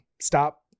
Stop